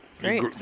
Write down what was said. Great